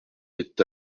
est